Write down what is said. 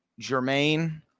Jermaine